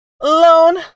alone